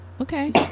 Okay